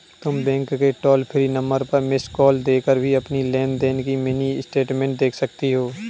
तुम बैंक के toll free number पर मिस्ड कॉल देकर भी अपनी लेन देन की मिनी स्टेटमेंट देख सकती हो